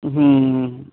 ਹਮ